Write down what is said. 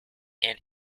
and